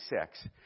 six